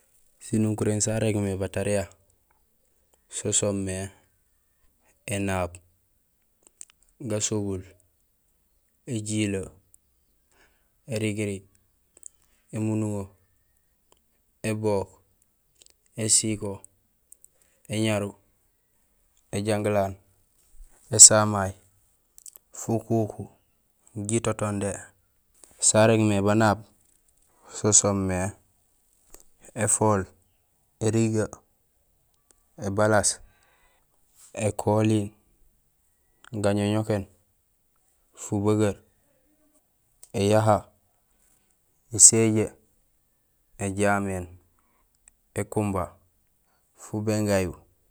Sinukuréén sarégmé batariya so soomé:énaab, gasobul, éjilee, érigirig, émunduŋo, ébook, ésiko, éñaru, éjangilaan, ésamay, fukuku, jitotondé; sarégmé banaab so soomé: éfool érigee ébalaas ékoling gañoñokén fubeger éyaha éséjee éjaméén ékumba fubingayu.